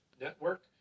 network